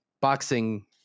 boxing